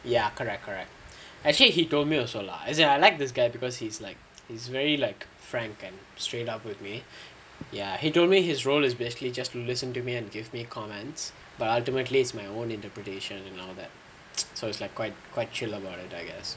ya correct correct actually he told me also lah as in I like this guy because he's like he's very like frank and straight up with me ya he told me his role is basically just to listen to me and give me comments but ultimately is my own interpretation and all that so it's like quite quite chill about it I guess